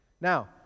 now